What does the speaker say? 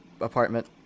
apartment